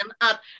up